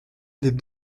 les